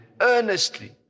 earnestly